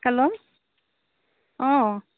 hello অঁ